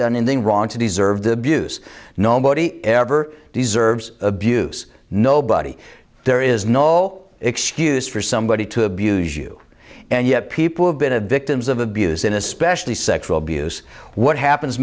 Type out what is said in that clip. done in the wrong to deserve the abuse nobody ever deserves abuse nobody there is no excuse for somebody to abuse you and yet people have been a victims of abuse and especially sexual abuse what happens